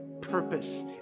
purpose